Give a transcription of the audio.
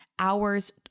hours